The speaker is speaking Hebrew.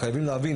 חייבים להבין,